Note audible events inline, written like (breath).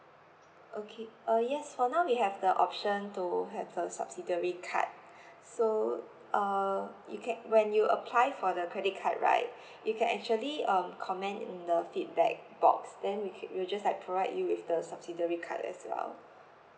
okay uh yes for now we have the option to have a subsidiary card (breath) so uh you can when you apply for the credit card right (breath) you can actually um comment in the feedback box then we could we'll just like provide you with the subsidiary card as well